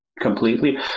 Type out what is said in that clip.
completely